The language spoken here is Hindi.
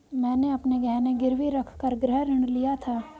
मैंने अपने गहने गिरवी रखकर गृह ऋण लिया था